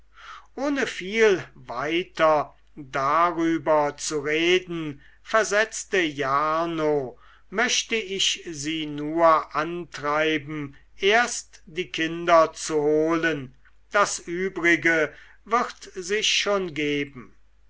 ohne viel weiter darüber zu reden versetzte jarno möchte ich sie nur antreiben erst die kinder zu holen das übrige wird sich schon geben